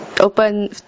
open